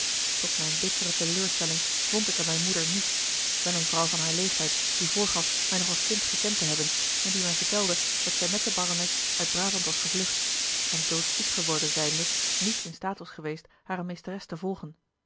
tot mijne bittere teleurstelling vond ik er mijne moeder niet wel eene vrouw van haar leeftijd die voorgaf mij nog als kind gekend te hebben en die mij vertelde dat zij met de barones uit braband was gevlucht en doodziek geworden zijnde niet in staat was geweest hare meesteres te volgen